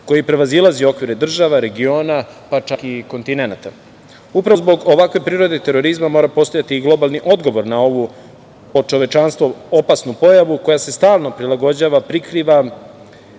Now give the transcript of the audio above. koji prevazilazi okvire država, regiona, pa čak i kontinenata. Upravo zbog ovakve prirode terorizma mora postojati i globalni odgovor na ovu, po čovečanstvo, opasnu pojavu koja se stalno prilagođava, prikriva